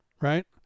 right